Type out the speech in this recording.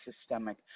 systemic